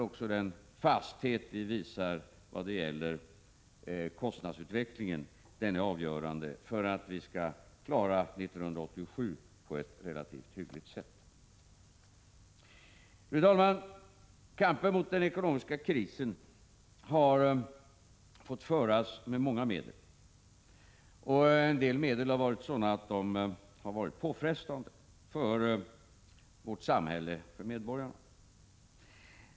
Också den fasthet som vi visar när det gäller kostnadsutvecklingen är avgörande för att vi skall kunna klara 1987 på ett relativt hyggligt sätt. Fru talman! Kampen mot den ekonomiska krisen har fått föras med många medel. En del medel har varit sådana att de har varit påfrestande för vårt samhälle och för medborgarna.